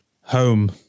Home